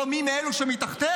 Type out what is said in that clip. או מי מאלו שמתחתיה,